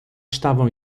estavam